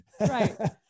Right